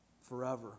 forever